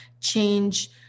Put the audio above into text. change